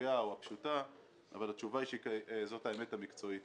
הרצויה או הפשוטה אבל התשובה היא שזאת האמת המקצועית.